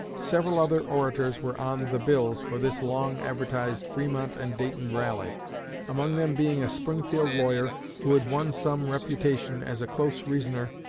several other orators were on the bills for this long-advertised fremont and dayton rally among them being a springfield lawyer who had won some reputation as a close reasoner,